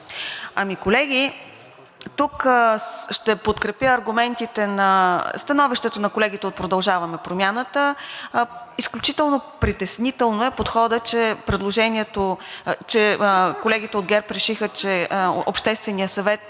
Колеги, тук ще подкрепя становището на колегите от „Продължаваме Промяната“. Изключително притеснителен е подходът, че колегите от ГЕРБ решиха, че Общественият съвет